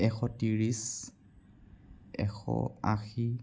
এশ ত্ৰিছ এশ আশী